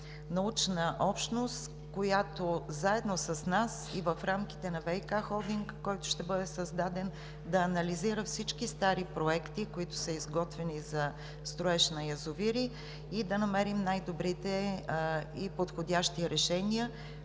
научна общност, която заедно с нас и в рамките на ВиК холдинга, който ще бъде създаден да анализира всички стари проекти, които са изготвени за строеж на язовири и да намерим най-добрите и подходящи решения,